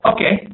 Okay